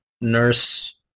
Nurse